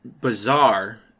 bizarre